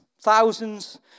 thousands